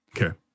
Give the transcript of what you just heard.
Okay